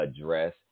address